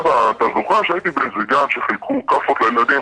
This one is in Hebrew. אבא אתה זוכר שהייתי באיזה גן שחילקו כאפות לילדים?